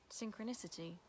synchronicity